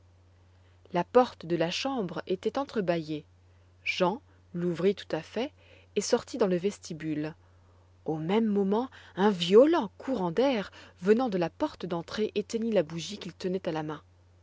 la porte de la chambre était entre baîllée jean l'ouvrit tout à fait et sortit dans le vestibule au même moment un violent courant d'air venant de la porte d'entrée éteignit la bougie qu'il tenait à la main